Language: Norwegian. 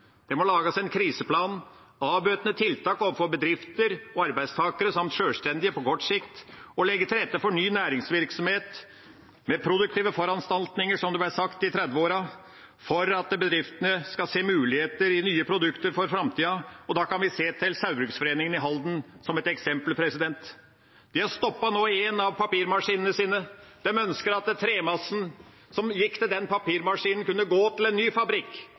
Det må lages en kriseplan, avbøtende tiltak overfor bedrifter og arbeidstakere samt sjølstendige på kort sikt, og det må legges til rette for ny næringsvirksomhet med produktive foranstaltninger, som det ble sagt i 1930-årene, for at bedriftene skal se muligheter i nye produkter for framtida. Da kan vi se til Saugbrugsforeningen i Halden som et eksempel. De har nå stoppet en av papirmaskinene sine. De ønsker at tremassen som gikk til den papirmaskinen, kunne gå til en ny fabrikk